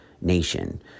nation